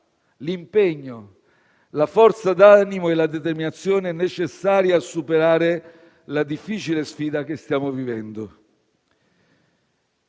l'impegno, la forza d'animo e la determinazione necessari a superare la difficile sfida che stiamo vivendo.